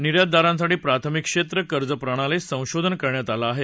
निर्यातदारांसाठी प्राथमिक क्षेत्र कर्ज प्रणालीत संशोधन करण्यात आलं आहे